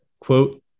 Quote